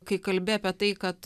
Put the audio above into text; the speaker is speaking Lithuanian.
kai kalbi apie tai kad